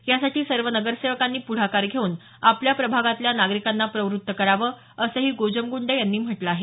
यासाठी सर्व नगरसेवकांनी प्ढाकार घेऊन आपल्या प्रभागातल्या नागरिकांना प्रवृत्त करावं असंही गोजमगुंडे यांनी म्हटलं आहे